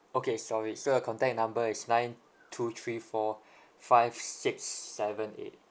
okay sorry so your contact number is nine two three four five six seven eight